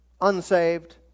unsaved